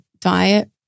diet